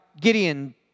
Gideon